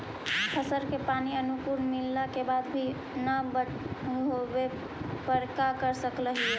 फसल के पानी अनुकुल मिलला के बाद भी न बढ़ोतरी होवे पर का कर सक हिय?